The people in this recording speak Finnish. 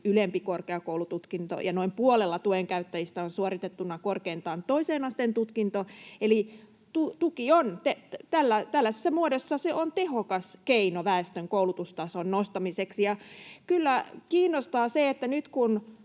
ylempi korkeakoulututkinto ja noin puolella tuen käyttäjistä on suoritettuna korkeintaan toisen asteen tutkinto. Eli tuki tällaisessa muodossa on tehokas keino väestön koulutustason nostamiseksi. Kyllä kiinnostaa se, että nyt kun